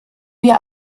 wir